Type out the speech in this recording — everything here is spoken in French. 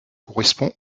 correspond